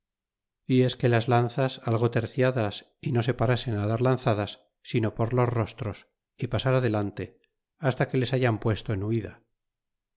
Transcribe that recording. y es que las lanzas algo terciadas y no se parasen dar lanzadas sino por los rostros y pasar adelante hasta que les hayan puesto en huida